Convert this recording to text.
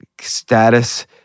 status